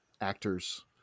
actors